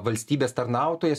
valstybės tarnautojas